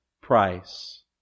price